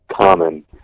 common